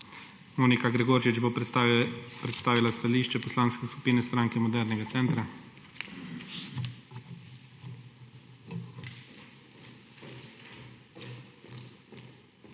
Monika Gregorčič bo predstavila stališče Poslanske skupine Stranke modernega centra.